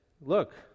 look